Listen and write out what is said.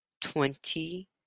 twenty